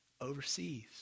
overseas